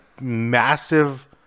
massive